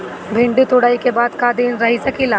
भिन्डी तुड़ायी के बाद क दिन रही सकेला?